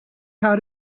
how